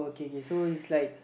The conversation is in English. okay okay so it's like